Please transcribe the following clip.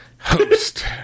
Host